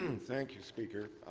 thank you, speaker.